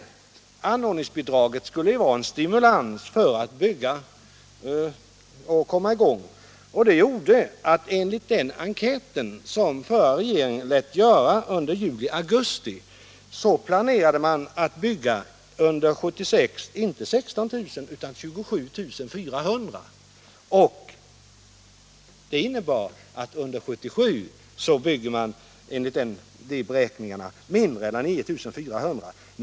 Men anordningsbidraget skulle vara en stimulans för att bygga och komma i gång. Enligt en enkät som den förra regeringen lät göra under juli-augusti 1976 planerade kommunerna att under 1976 bygga, inte 16 000, utan 27400 platser och under 1977 9 400.